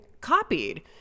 copied